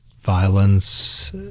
violence